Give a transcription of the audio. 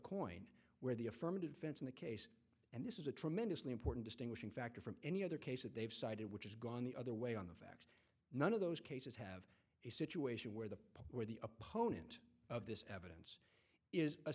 coin where the affirmative defense of the case and this is a tremendously important distinguishing factor from any other case that they've cited which is gone the other way on the fact none of those cases have a situation where the pope or the opponent of this evidence is